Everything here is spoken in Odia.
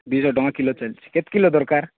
ଦୁଇଶହ ଟଙ୍କା କିଲୋ ଚାଲିଛି କେତେ କିଲୋ ଦରକାର